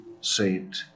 saint